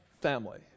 family